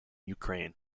ukraine